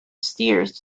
steers